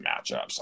matchups